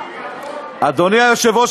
גברתי היושבת-ראש,